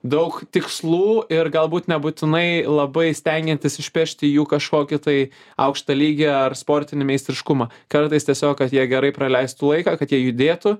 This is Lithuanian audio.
daug tikslų ir galbūt nebūtinai labai stengiantis išpešti jų kažkokį tai aukštą lygį ar sportinį meistriškumą kartais tiesiog kad jie gerai praleistų laiką kad jie judėtų